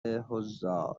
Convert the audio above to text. حضار